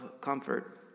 comfort